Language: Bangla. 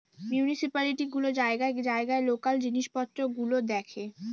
মিউনিসিপালিটি গুলো জায়গায় জায়গায় লোকাল জিনিস পত্র গুলো দেখে